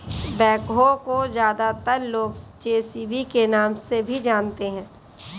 backhoe को ज्यादातर लोग जे.सी.बी के नाम से भी जानते हैं